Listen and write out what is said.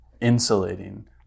Insulating